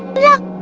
but